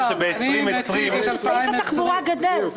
סעיף התחבורה גדל.